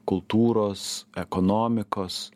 kultūros ekonomikos